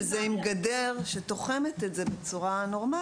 שזה יהיה עם גדר שתוחמת את זה בצורה נורמלית?